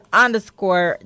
underscore